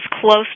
close